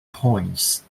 points